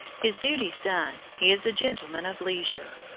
his duties done, he is a gentleman of leisure.